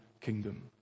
kingdom